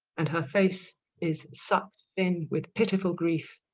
and her face is sucked in with pitiful grief.